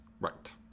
Right